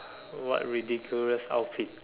what ridiculous outfit